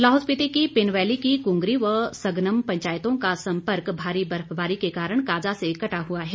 लाहौल स्पीति की पिन वैली की कुंगरी व सगनम पंचायतों का संपर्क भारी बर्फबारी के कारण काजा से कटा हुआ है